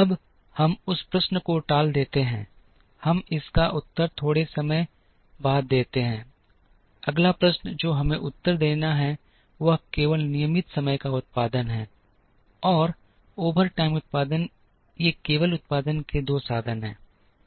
अब हम उस प्रश्न को टाल देते हैं हम इसका उत्तर थोड़े समय बाद देते हैं अगला प्रश्न जो हमें उत्तर देना है वह केवल नियमित समय का उत्पादन है और ओवरटाइम उत्पादन ये केवल उत्पादन के दो साधन हैं